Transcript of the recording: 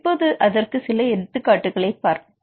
இப்போது அதற்கு சில எடுத்துக்காட்டுகளைப் பார்ப்போம்